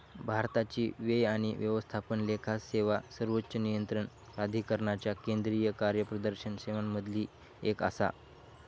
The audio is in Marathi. भारताची व्यय आणि व्यवस्थापन लेखा सेवा सर्वोच्च नियंत्रण प्राधिकरणाच्या केंद्रीय कार्यप्रदर्शन सेवांमधली एक आसा